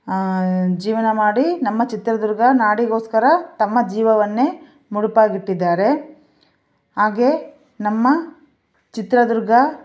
ಜೀವನ ಮಾಡಿ ನಮ್ಮ ಚಿತ್ರದುರ್ಗ ನಾಡಿಗೋಸ್ಕರ ತಮ್ಮ ಜೀವವನ್ನೇ ಮುಡಿಪಾಗಿಟ್ಟಿದ್ದಾರೆ ಹಾಗೇ ನಮ್ಮ ಚಿತ್ರದುರ್ಗ